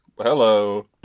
Hello